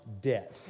debt